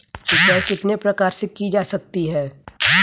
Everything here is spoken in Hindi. सिंचाई कितने प्रकार से की जा सकती है?